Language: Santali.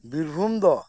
ᱵᱤᱨᱵᱷᱩᱢ ᱫᱚ